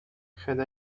had